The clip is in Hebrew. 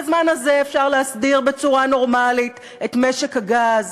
בזמן הזה אפשר להסדיר בצורה נורמלית את משק הגז